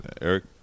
Eric